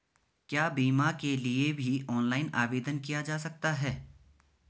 क्या बीमा के लिए भी ऑनलाइन आवेदन किया जा सकता है?